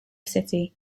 city